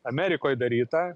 amerikoj darytą